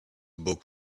book